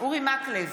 אורי מקלב,